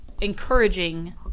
encouraging